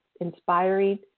inspiring